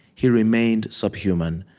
he remained subhuman,